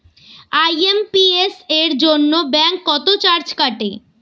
IMPS এর জন্য bank কত চার্জ কাটে?